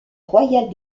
royale